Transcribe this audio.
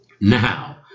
Now